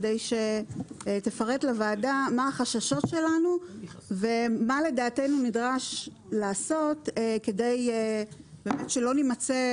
כדי שתפרט לוועדה מה החששות שלנו ומה לדעתנו נדרש לעשות כדי שלא נימצא